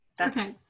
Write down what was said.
Okay